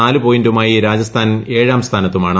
നാലു പോയിന്റുമായി രാജസ്ഥാൻ ഏഴാം സ്ഥാനത്തുമാണ്